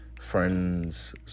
friends